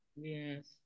Yes